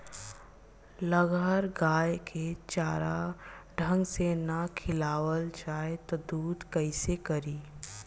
लगहर गाय के चारा ढंग से ना खियावल जाई त दूध कईसे करी